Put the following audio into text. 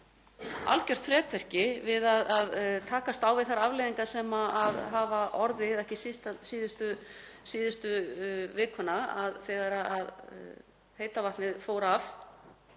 algert þrekvirki við að takast á við þær afleiðingar sem hafa orðið, ekki síst síðustu vikuna þegar heita vatnið fór af.